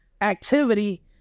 activity